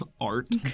art